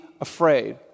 afraid